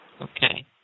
Okay